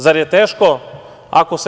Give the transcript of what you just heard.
Zar je teško ako se…